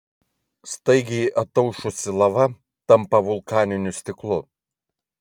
staigiai ataušusi lava tampa vulkaniniu stiklu